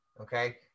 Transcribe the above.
Okay